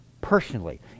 personally